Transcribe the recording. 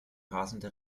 rasende